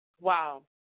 Wow